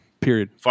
period